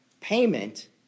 payment